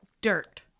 dirt